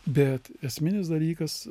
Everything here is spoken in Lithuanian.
bet esminis dalykas